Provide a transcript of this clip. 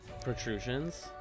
protrusions